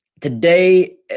Today